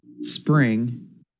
spring